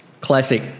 Classic